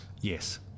Yes